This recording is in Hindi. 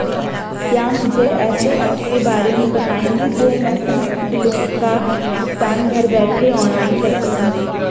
क्या मुझे ऐसे ऐप के बारे में बताएँगे जो मैं समस्त बिलों का भुगतान घर बैठे ऑनलाइन कर सकूँ?